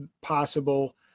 possible